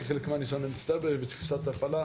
כחלק מהניסיון המצטבר ותפיסת ההפעלה